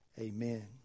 Amen